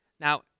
Now